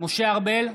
משה ארבל,